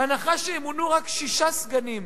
בהנחה שימונו רק שישה סגנים?